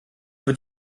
wird